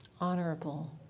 honorable